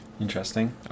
interesting